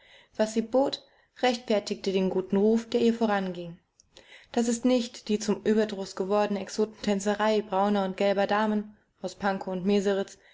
was sie bot rechtfertigte den guten ruf der ihr voranging das ist nicht die zum überdruß gewordene exotentänzerei brauner und gelber damen aus pankow und